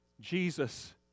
Jesus